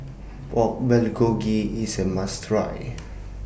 Pork Bulgogi IS A must Try